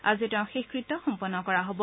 আজি তেওঁৰ শেষকৃত সম্পন্ন কৰা হ'ব